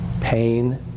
pain